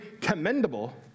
commendable